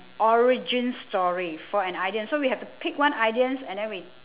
origin story for an idiom so we have to pick one idioms and then we